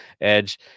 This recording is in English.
Edge